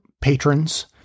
patrons